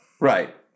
Right